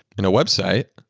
in a website,